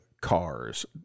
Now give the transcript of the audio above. cars